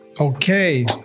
okay